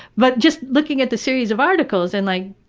but just looking at the series of articles and like